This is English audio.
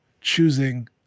choosing